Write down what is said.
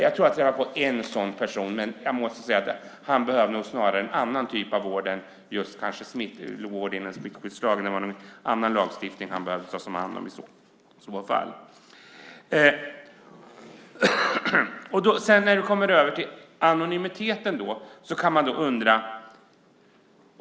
Jag tror att det har funnits en sådan person, men jag måste säga att han nog snarare behöver en annan typ av vård än inom smittskyddslagen - det är nog inom en annan lagstiftning han behöver tas om hand i så fall. När vi sedan kommer över till anonymiteten kan man undra.